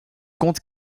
compte